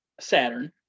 saturn